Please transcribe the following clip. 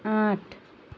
आठ